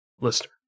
listener